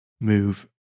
move